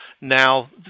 now